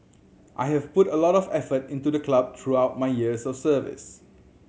I have put a lot of effort into the club throughout my years of service